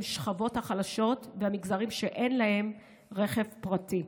השכבות החלשות והמגזרים שאין להם רכב פרטי.